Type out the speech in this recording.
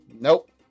Nope